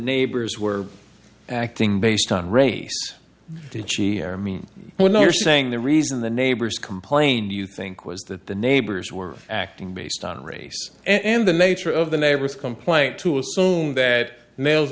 neighbors were acting based on race did she mean when they're saying the reason the neighbors complained you think was that the neighbors were acting based on race and the nature of the neighbor's complaint to assume that males